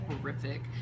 horrific